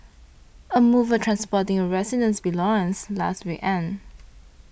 a mover transporting a resident's belongings last weekend